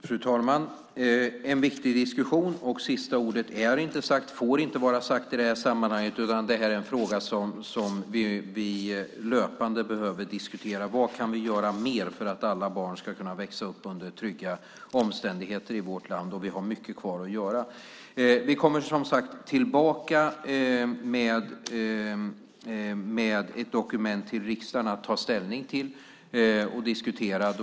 Fru talman! Det här är en viktig diskussion. Sista ordet är inte sagt, får inte vara sagt, i det här sammanhanget. Det här är en fråga som vi löpande behöver diskutera. Vad kan vi göra mer för att alla barn ska växa upp under trygga omständigheter i vårt land? Vi har mycket kvar att göra. Vi kommer tillbaka med ett dokument till riksdagen att ta ställning till och diskutera.